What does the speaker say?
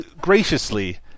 graciously